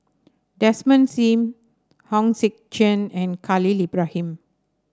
Desmond Sim Hong Sek Chern and Khalil Ibrahim